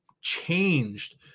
changed